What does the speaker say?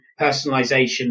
personalization